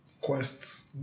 quests